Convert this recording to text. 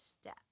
step